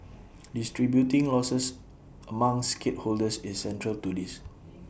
distributing losses among stakeholders is central to this